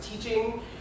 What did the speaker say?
teaching